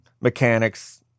mechanics